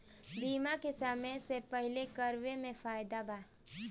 बीमा के समय से पहिले करावे मे फायदा बा